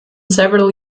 several